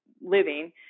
living